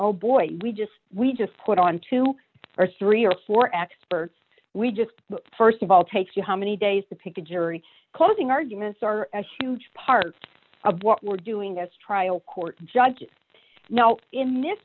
oh boy we just we just put on two or three or four experts we just st of all take you how many days to pick a jury closing arguments are a huge part of what we're doing this trial court judge you know in this